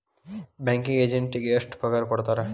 Banking ಎಜೆಂಟಿಗೆ ಎಷ್ಟ್ ಪಗಾರ್ ಕೊಡ್ತಾರ್?